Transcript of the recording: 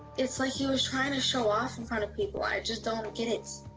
it's like he was trying to show off in front of people, i just don't get it!